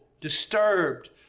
disturbed